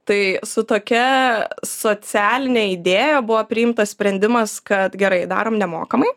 tai su tokia socialine idėja buvo priimtas sprendimas kad gerai darom nemokamai